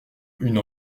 une